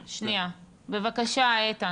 בבקשה, איתן.